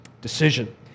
decision